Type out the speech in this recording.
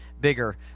bigger